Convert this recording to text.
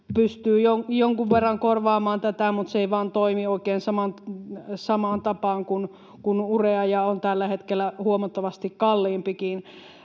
pystyy jonkun verran korvaamaan sitä, mutta se ei vain toimi oikein samaan tapaan kuin urea ja on tällä hetkellä huomattavasti kalliimpikin.